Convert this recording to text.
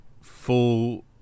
full